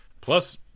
Plus